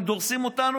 הם דורסים אותנו?